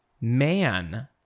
man